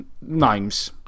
names